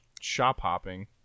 shop-hopping